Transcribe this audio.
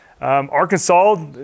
Arkansas